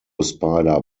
spider